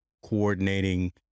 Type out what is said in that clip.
coordinating